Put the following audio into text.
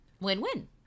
Win-win